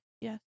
Yes